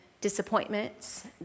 disappointments